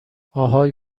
اهای